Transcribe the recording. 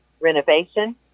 renovation